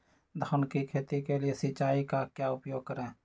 धान की खेती के लिए सिंचाई का क्या उपयोग करें?